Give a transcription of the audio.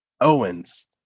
Owens